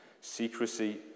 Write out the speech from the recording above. secrecy